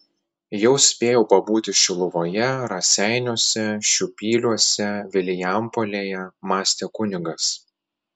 jau spėjau pabūti šiluvoje raseiniuose šiupyliuose vilijampolėje mąstė kunigas